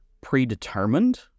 predetermined